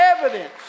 evidence